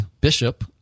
bishop